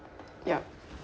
ya